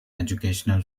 educational